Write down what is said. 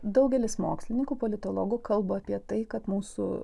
daugelis mokslininkų politologų kalba apie tai kad mūsų